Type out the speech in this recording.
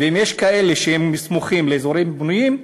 ואם יש כאלה שהם סמוכים לאזורים בנויים,